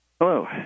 Hello